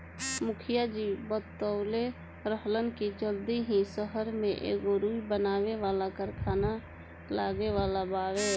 मुखिया जी बतवले रहलन की जल्दी ही सहर में एगो रुई बनावे वाला कारखाना लागे वाला बावे